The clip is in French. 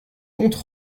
compte